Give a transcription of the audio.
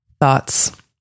Thoughts